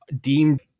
deemed